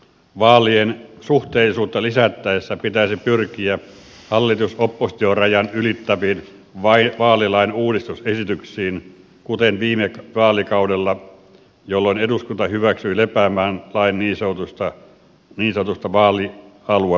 vaalien suhteellisuutta lisättäessä pitäisi pyrkiä hallitusoppositio rajan ylittäviin vaalilain uudistusesityksiin kuten viime vaalikaudella jolloin eduskunta hyväksyi lepäämään lain niin sanotusta vaalialuemallista